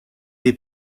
dei